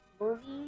movies